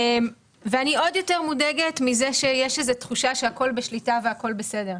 אני עוד יותר מודאגת מזה שיש איזה תחושה שהכול בשליטה והכול בסדר.